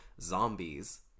zombies